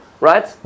right